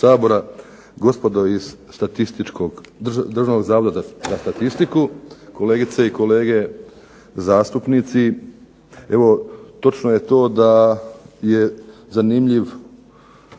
Gospodo iz Državnog zavoda za statistiku. Kolegice i kolege zastupnici. Evo, točno je to da je zanimljiv